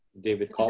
David